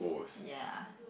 ya